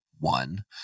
one